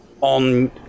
on